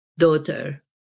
Daughter